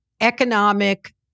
economic